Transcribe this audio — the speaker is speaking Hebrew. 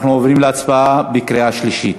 אנחנו עוברים להצבעה בקריאה שלישית.